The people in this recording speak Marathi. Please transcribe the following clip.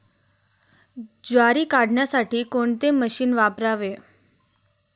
ज्वारी काढण्यासाठी कोणते मशीन वापरावे?